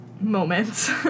moments